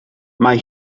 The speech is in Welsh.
mae